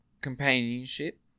companionship